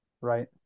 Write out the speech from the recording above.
right